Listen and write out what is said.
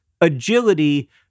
agility